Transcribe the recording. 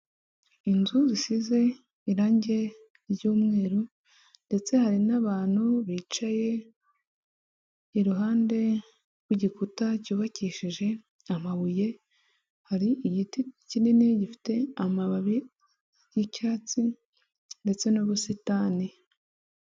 Inzu zisize irangi ry'umweru, ndetse hari n'abantu bicaye iruhande rw'igikuta, cyubakishije amabuye, hari igiti kinini gifite amababi y'icyatsi, ndetse n'ubusitani.